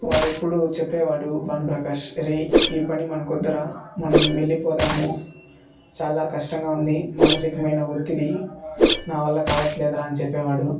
వాడు ఎప్పుడు చెప్పేవాడు భాను ప్రకాష్ రేయ్ ఈ పని మాకు వద్దురా మనం వెళ్ళి పోదాము చాలా కష్టంగా ఉంది మానసికమైన ఒత్తిడి నా వల్ల కావట్లేదు రా అని చెప్పేవాడు